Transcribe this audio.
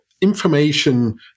information